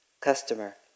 Customer